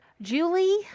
Julie